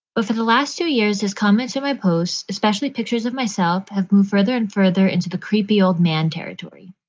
but for the last two years, his comments in my posts, especially especially pictures of myself, have moved further and further into the creepy old man territory.